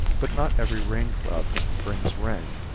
but not every rain cloud brings rain.